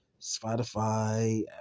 Spotify